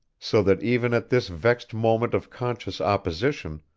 so that even at this vexed moment of conscious opposition,